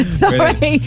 sorry